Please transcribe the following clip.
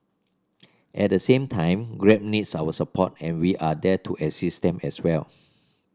at the same time Grab needs our support and we are there to assist them as well